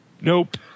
Nope